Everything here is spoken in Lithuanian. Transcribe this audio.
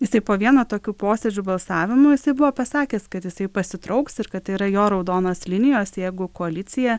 jisai po vieno tokių posėdžių balsavimo jisai buvo pasakęs kad jisai pasitrauks ir kad tai yra jo raudonos linijos jeigu koalicija